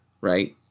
right